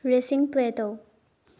ꯔꯦꯁꯤꯡ play ꯇꯧ